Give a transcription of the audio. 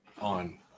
on